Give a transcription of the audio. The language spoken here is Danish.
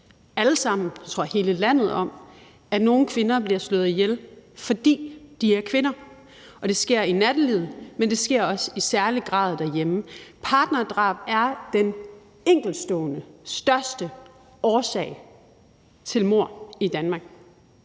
alle sammen – jeg tror hele landet – om, at nogle kvinder bliver slået ihjel, fordi de er kvinder. Det sker i nattelivet, men det sker også i særlig grad derhjemme. Partnerdrab er den største enkeltstående årsag til mord i Danmark,